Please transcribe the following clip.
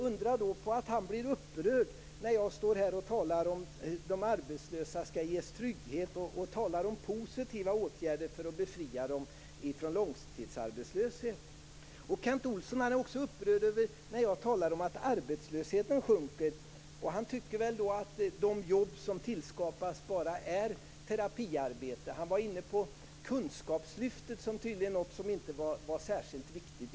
Undra då på att han blir upprörd när jag talar om att de arbetslösa skall ges trygghet och om positiva åtgärder för att befria dem från långtidsarbetslöshet. Kent Olsson blir också upprörd när jag talar om att arbetslösheten sjunker. Han tycker väl att de jobb som tillskapas bara är terapiarbeten. Han var inne på kunskapslyftet, som tydligen inte är särskilt viktigt.